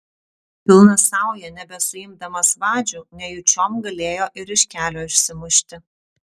pilna sauja nebesuimdamas vadžių nejučiom galėjo ir iš kelio išsimušti